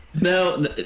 No